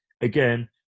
again